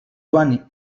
joan